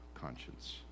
conscience